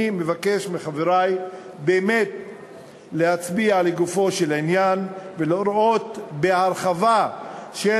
אני מבקש מחברי באמת להצביע לגופו של עניין ולראות בהרחבה של